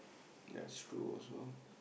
that's true also